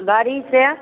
गाड़ी से